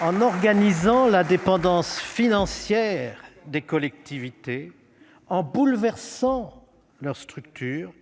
en organisant la dépendance financière des collectivités, en bouleversant la structure de celles-ci